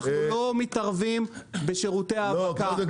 אנחנו לא מתערבים בשירותי האבקה.